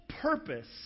purpose